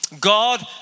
God